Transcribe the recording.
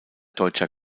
deutscher